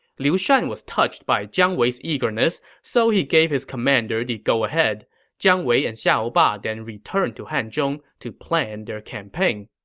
liu shan was touched by jiang wei's eagerness, so he gave his commander the go-ahead. jiang wei and xiahou ba then returned to hanzhong to plan their campaign.